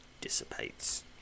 dissipates